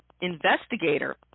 investigator